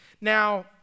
Now